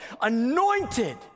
anointed